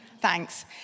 Thanks